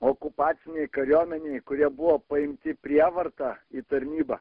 okupacinėj kariuomenėj kurie buvo paimti prievarta į tarnybą